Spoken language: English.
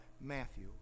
Matthew